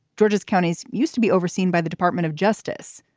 georgia's counties used to be overseen by the department of justice.